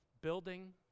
building